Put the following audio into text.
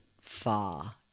far